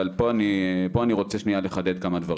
אבל פה אני רוצה לחדד כמה דברים.